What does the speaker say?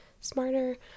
smarter